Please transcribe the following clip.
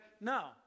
No